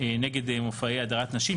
נגד מופעי הדרת נשים.